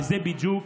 וזה בדיוק